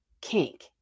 kink